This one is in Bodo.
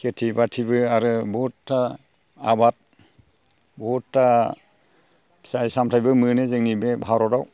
खेथि बाथिबो आरो बहुदथा आबाद बहुदथा फिथाइ सामथाइबो मोनो जोंनि बे भारतआव